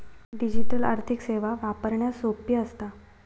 digital आर्थिक सेवा वापरण्यास सोपी असता